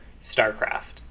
StarCraft